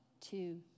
Two